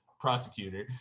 Prosecutor